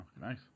nice